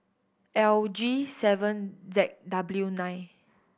L G seven Z W nine